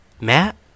Matt